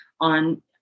on